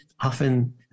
often